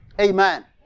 Amen